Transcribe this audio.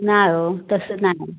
नाही हो तसं नाही